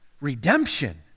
redemption